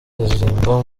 aririmba